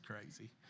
crazy